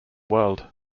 world